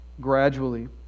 gradually